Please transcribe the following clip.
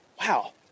wow